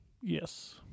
Yes